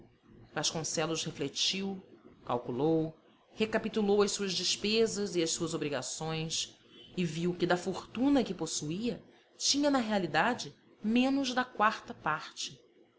vasconcelos refletiu calculou recapitulou as suas despesas e as suas obrigações e viu que da fortuna que possuía tinha na realidade menos da quarta parte